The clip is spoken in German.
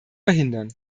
verhindern